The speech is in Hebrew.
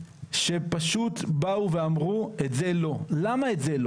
שפשוט באו ואמרו, את זה לא.